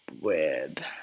weird